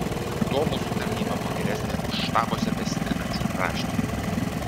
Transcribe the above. tuo mūsų tarnyba buvo geresnė už štabuose besitrinančių raštininkų